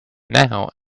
now